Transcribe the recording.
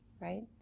right